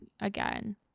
again